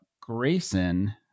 Grayson